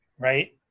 right